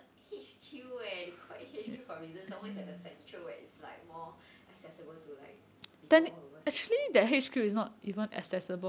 H_Q eh they call it H_Q for reasons it's always at the central where it's like more accessible to like people all over singapore that trip is not even et cetera